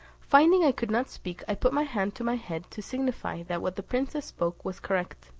finding i could not speak, i put my hand to my head' to signify that what the princess spoke was correct.